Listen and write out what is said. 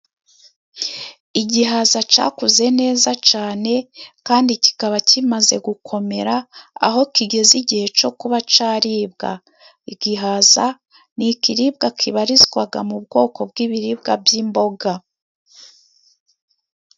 Igihaza cyakuze neza cyane kandi kikaba kimaze gukomera aho kigeze igihe cyo kuba cyaribwa. Igihaza ni ikiribwa kibarizwa mu bwoko bw'ibiribwa by'imboga.